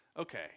okay